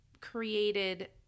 created